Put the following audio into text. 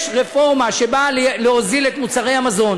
יש רפורמה שבאה להוזיל את מוצרי המזון